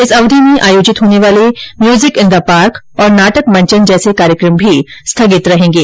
इस अवधि में आयोजित होने वाले म्यूजिक इन द पार्क और नाटक मंचन जैसे कार्यक्रम भी स्थगित रहेंगे